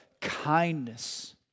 Kindness